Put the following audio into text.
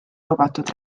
lubatud